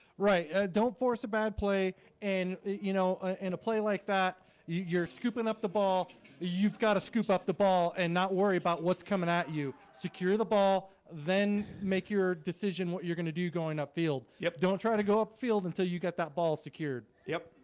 right? yeah don't force a bad play and you know ah in a play like that you're scooping up the ball you've got to scoop up the ball and not worry about what's coming at you secure the ball then make your decision what you're gonna do going upfield? yep, don't try to go up field until you get that ball secured yep,